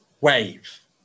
wave